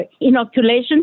inoculation